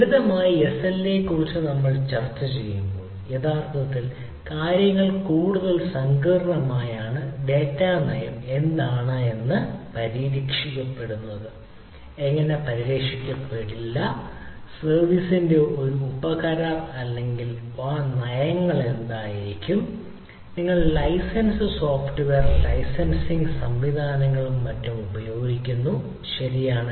ലളിതമായ എസ്എൽഎയെക്കുറിച്ച് നമ്മൾ ചർച്ചചെയ്യുമ്പോൾ യഥാർത്ഥത്തിൽ കാര്യങ്ങൾ കൂടുതൽ സങ്കീർണ്ണമാണ് ഡാറ്റാ നയം എന്തായിരിക്കണം എന്നത് എങ്ങനെയാണ് പരിരക്ഷിക്കപ്പെടാത്തത് എങ്ങനെ പരിരക്ഷിക്കപ്പെടില്ല സർവീസിന്റെ ഒരു ഉപ കരാർ ഉണ്ടെങ്കിൽ ആ നയങ്ങൾ എന്തായിരിക്കണം നിങ്ങൾ ലൈസൻസ് സോഫ്റ്റ്വെയർ ലൈസൻസിംഗ് സംവിധാനങ്ങളും മറ്റും ഉപയോഗിക്കുന്നു ശരിയാണ്